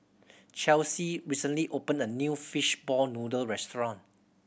Chelsi recently opened a new fishball noodle restaurant